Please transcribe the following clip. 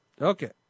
Okay